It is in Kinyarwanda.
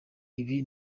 ibi